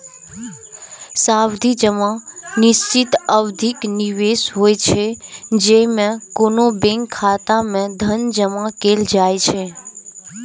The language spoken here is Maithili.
सावधि जमा निश्चित अवधिक निवेश होइ छै, जेइमे कोनो बैंक खाता मे धन जमा कैल जाइ छै